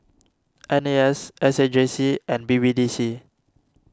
N A S S A J C and B B D C